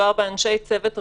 מדובר באנשי צוות רפואי,